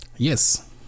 Yes